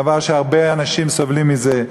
דבר שהרבה אנשים סובלים ממנו,